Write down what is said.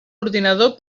ordinador